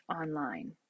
online